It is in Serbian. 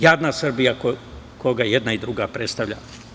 Jadna Srbija koga jedna i druga predstavlja.